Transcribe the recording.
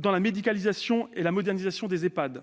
pour la médicalisation et la modernisation des Ehpad